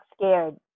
scared